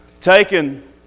taken